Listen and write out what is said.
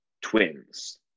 Twins